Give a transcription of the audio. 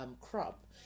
crop